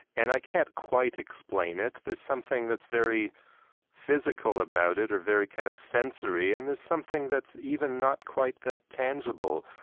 and i can't quite explain it. there's something that's very physical about it or very kind of sensory, and there's something that's even not quite that tangible.